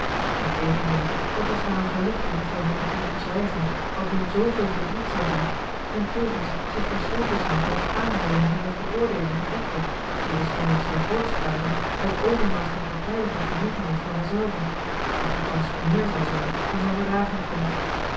integendeel het was haar een verlichting voor hen te kunnen verzwijgen wat hun zooveel verdriet zou doen en tevens zich verschoond te zien van het aanhooren hunner veroordeeling van edward die waarschijnlijk zou voortspruiten uit overmaat van partijdige genegenheid voor haarzelve doch die thans méér zou zijn dan zij verdragen kon